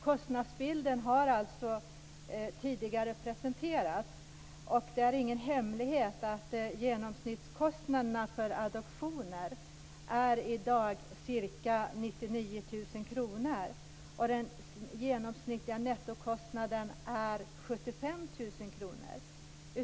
Kostnadsbilden har alltså tidigare presenterats, och det är ingen hemlighet att genomsnittskostnaden för adoptioner i dag är ca 99 000 kr och den genomsnittliga nettokostnaden 75 000 kr.